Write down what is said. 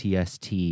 TST